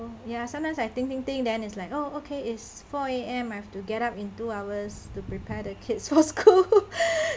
ya sometimes I think think think then it's like oh okay it's four A_M I have to get up in two hours to prepare the kids for school